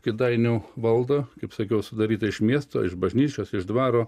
kėdainių valdą kaip sakiau sudarytą iš miesto iš bažnyčios iš dvaro